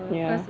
ya